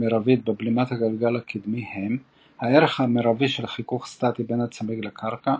מרבית בבלימת הגלגל הקדמי הם הערך המרבי של חיכוך סטטי בין הצמיג לקרקע,